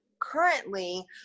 currently